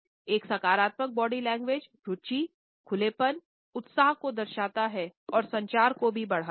एक सकारात्मक body language रुचि खुलेपन उत्साह को दर्शाता है और संचार को भी बढ़ाता है